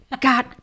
God